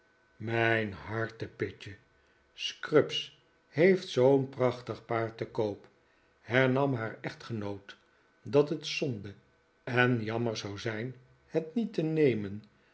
mijn hartepitje scrubbs heeft zoo'n prachtig paard te kbop hernam haar echtgenoot dat het zonde en jammer zou zijn het niet te nemen